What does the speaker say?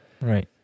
Right